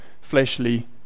fleshly